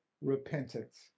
repentance